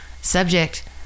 Subject